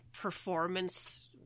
performance